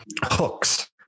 hooks